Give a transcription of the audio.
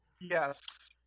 Yes